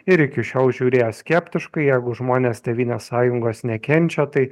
ir iki šiol žiūrėjo skeptiškai jeigu žmonės tėvynės sąjungos nekenčia tai